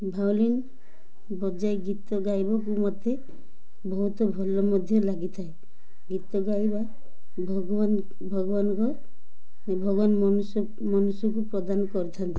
violin ବଜାଇ ଗୀତ ଗାଇବାକୁ ମୋତେ ବହୁତ ଭଲ ମଧ୍ୟ ଲାଗିଥାଏ ଗୀତ ଗାଇବା ଭଗବାନ ଭଗବାନଙ୍କ ଭଗବାନ ମନୁଷ୍ୟ ମନୁଷ୍ୟକୁ ପ୍ରଦାନ କରିଥାନ୍ତି